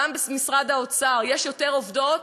גם במשרד האוצר יש יותר עובדות,